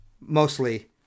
mostly